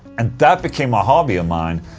and that became a hobby of mine.